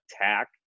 attack